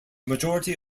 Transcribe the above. majority